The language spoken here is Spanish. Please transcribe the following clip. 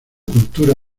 cultura